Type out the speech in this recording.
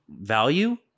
value